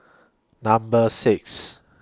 Number six